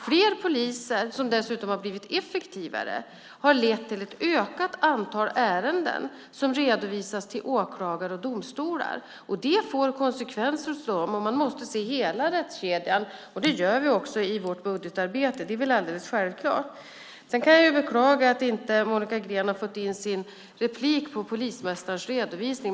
Fler poliser, som dessutom har blivit effektivare, har lett till ett ökat antal ärenden som redovisas till åklagare och domstolar. Det får konsekvenser. Man måste se till hela rättskedjan, och det gör vi också i vårt budgetarbete. Det är väl alldeles självklart. Jag kan beklaga att inte Monica Green har fått in sin replik på polismästarens redovisning.